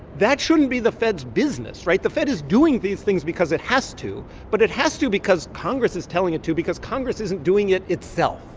that shouldn't be the fed's business, right? the fed is doing these things because it has to, but it has to because congress is telling it to because congress isn't doing it itself,